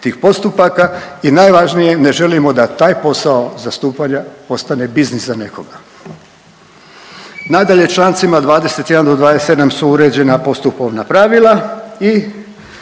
tih postupaka. I najvažnije, ne želimo da taj posao zastupanja postane biznis za nekoga. Nadalje, člancima 21. do 27. su uređena postupovna pravila i